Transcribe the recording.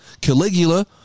Caligula